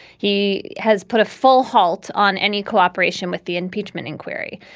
he has put a full halt on any cooperation with the impeachment inquiry.